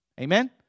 Amen